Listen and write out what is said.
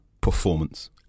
performance